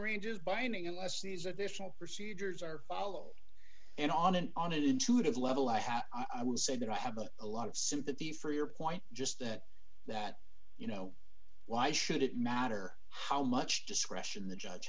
ranges binding unless these additional procedures are followed and on an on it intuitive level i have i would say that i have a lot of sympathy for your point just that that you know why should it matter how much discretion the judge